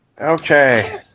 Okay